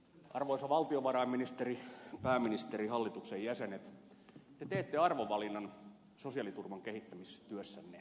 arvoisa valtiovarainministeri pääministeri hallituksen jäsenet te teette arvovalinnan sosiaaliturvan kehittämistyössänne